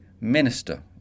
minister